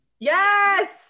Yes